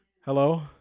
Hello